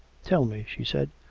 tell me, she said,